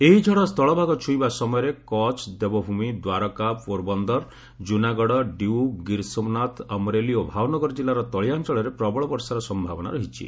ଏହି ଝଡ଼ ସ୍ଥଳ ଭାଗ ଛୁଇଁବା ସମୟରେ କଛ ଦେବଭୂମି ଦ୍ୱାରକା ପୋରବନ୍ଦର ଜୁନାଗଡ଼ ଡ୍ୟୁ ଗିର୍ସୋମନାଥ ଅମରେଲି ଓ ଭାଓନଗର ଜିଲ୍ଲାର ତଳିଆ ଅଞ୍ଚଳରେ ପ୍ରବଳ ବର୍ଷାର ସମ୍ଭାବନା ରହିଛି